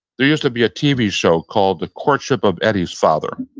there used to be a tv show called the courtship of eddie's father.